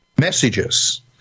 messages